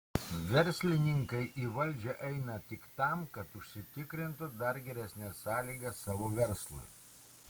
verslininkai į valdžią eina tik tam kad užsitikrintų dar geresnes sąlygas savo verslui